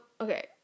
okay